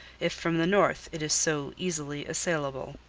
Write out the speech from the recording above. if from the north it is so easily assailable.